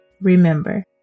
Remember